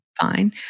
fine